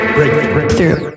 Breakthrough